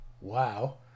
wow